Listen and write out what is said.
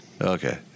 Okay